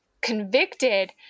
convicted